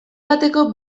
bateko